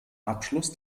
abschluss